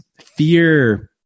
fear